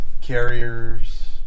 carriers